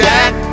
Jack